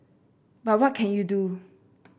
but what can you do